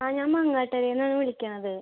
ആ ഞാൻ മങ്ങാട്ടുകരേന്നാണ് വിളിക്കണത്